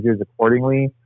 accordingly